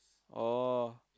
oh